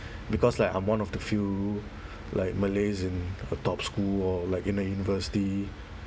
because like I'm one of the few like malays in a top school or like in a university